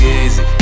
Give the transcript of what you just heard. easy